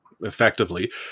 effectively